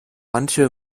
manche